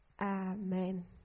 Amen